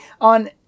on